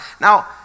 Now